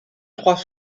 trois